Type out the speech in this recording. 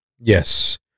Yes